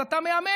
אז אתה מהמר.